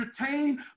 entertain